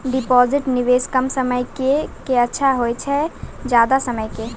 Deposit निवेश कम समय के के अच्छा होय छै ज्यादा समय के?